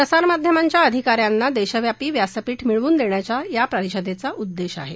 प्रसारमाध्यमांच्या अधिकाऱ्यांना देशव्यापी व्यासपीठ मिळवून देण्याचं या परिषदेचा उद्देश आहे